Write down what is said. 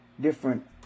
different